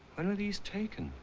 when were these taken?